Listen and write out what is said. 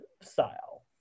style